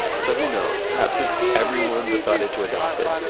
so, who knows? perhaps if everyone decided to adopt it,